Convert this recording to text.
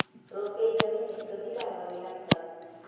रोपे जमिनीत कधी लावावी लागतात?